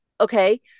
okay